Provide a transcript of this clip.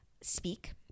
speak